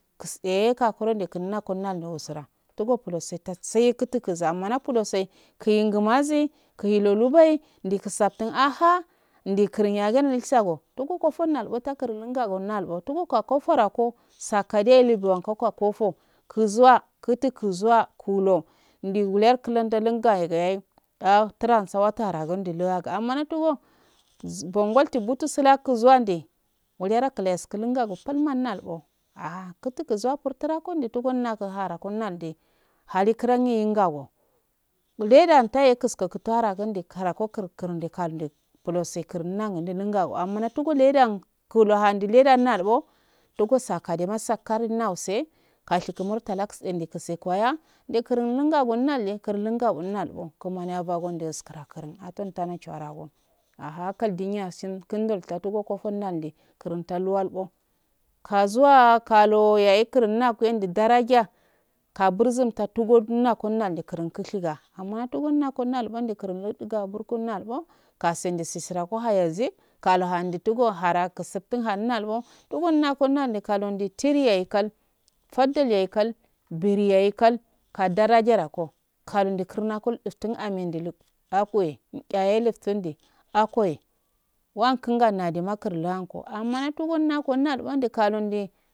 Kuse kakuro nekura kunna ndo usura tugo pulose tasai kutu kuzan mana pulose kuyinga maze kilolo lubou adiliki saftin ahci adokurunyagi nyil sabo to go kofo nago ta kurun nunga nalbo togo kofo rako sakadaiyaye wburanko kakafo kuzuwa kutu kuzuwa kulo ndiwale kulondo lingaye daye turan sawarataye gundu loyahe amma togo bongol ku butu sulak zuwande wuliyara kulaska lungago palmal nalbo aha kutukuzuwa partura kodo tukuma ku hara kunande halokuranye yinga ledan taye kuskan kutare gundi karago kurindi kalundi pulose kurunandi kumunangu dumuga'o ammana tugu ledan kulo handi ledan nalbo tugo sakadema sakri nause kashingu murtalak kusende koya nde kuran lungalbo kumani yatongi skira kurun aton tana charage ahakali dinyasin kund chatugo kafol nande kurumntal walbo kazuwa kaluo yahe kurum nakiye endu daraja ka burzum tatugo unakun nandi kushiga amma tugunakin nal pondi kurum luduga burkan nalbo kasundi sisirako hayeza kaluhandi tugo hara kusuftiu halnalbo tugunna kon laudo halondi tiri yaye kal faddal yayi kal bin yaye kal kadaraja koko kalundi kurnako duftin ame ndula a kuye ncheya luftindi a koya wankin gaunade makuma anko amma natuga wawko nalbonde kalonde.